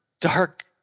dark